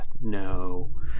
no